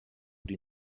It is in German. die